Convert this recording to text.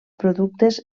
productes